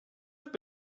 have